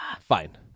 Fine